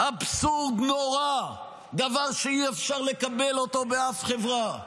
אבסורד נורא, דבר שאי-אפשר לקבל אותו באף חברה.